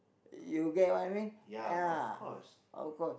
you get what I mean ya of course